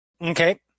okay